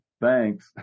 thanks